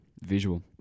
visual